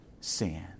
sin